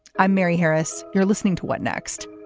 i'm mary harris. you're listening to what next.